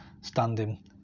standing